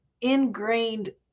ingrained